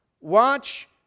Watch